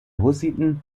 hussiten